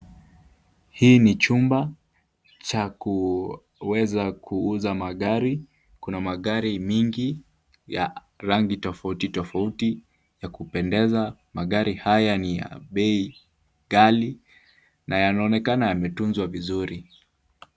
Hiki ni chumba cha kuweza kuuza magari. Kuna magari mengi ya rangi tofauti tofauti yakupendeza. Magari haya ni ya bei ghali na yanaonekana yametunzwa vizuri.